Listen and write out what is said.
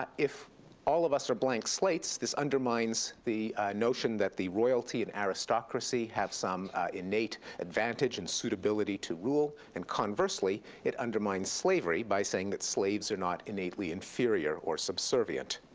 ah if all of us are blank slates, this undermines the notion that the royalty and aristocracy have some innate advantage and suitability to rule, and conversely, it undermines slavery by saying that slaves are not innately inferior, or subservient.